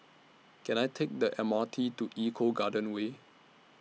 Can I Take The M R T to Eco Garden Way